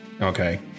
okay